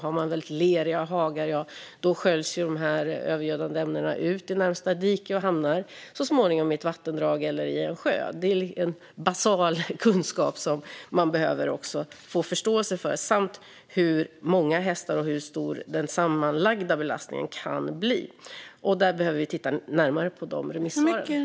Har man väldigt leriga hagar sköljs de övergödande ämnena ut i närmsta dike och hamnar så småningom i vattendrag eller i en sjö. Det är en basal kunskap som man behöver få förståelse för samt hur många hästar man kan ha och hur stor den sammanlagda kan bli. Där behöver vi titta närmare på remissvaren.